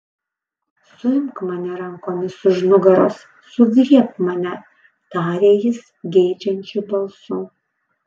suimk mane rankomis už nugaros sugriebk mane tarė jis geidžiančiu balsu